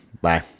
Bye